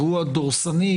דורסני,